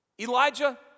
Elijah